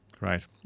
Right